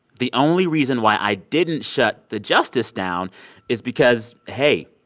the only reason why i didn't shut the justice down is because, hey,